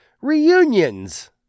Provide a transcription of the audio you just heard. reunions